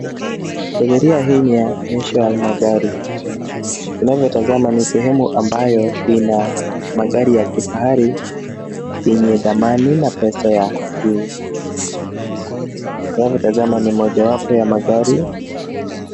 Kategoria hii ni ya onyesho ya magari. Tunavyotazama ni sehemu ambayo ina magari ya kifahari yenye dhamani na pesa ya juu. Tunavyotazama ni mojawapo ya magari.